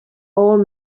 old